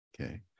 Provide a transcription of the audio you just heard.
okay